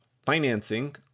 financing